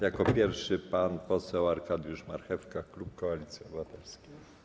Jako pierwszy pan poseł Arkadiusz Marchewka, klub Koalicja Obywatelska.